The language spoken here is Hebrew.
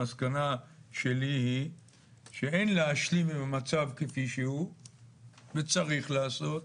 המסקנה שלי היא שאין להשלים עם המצב כפי שהוא וצריך לעשות,